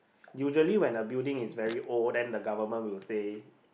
usually when the building is very old then the government will say